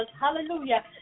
hallelujah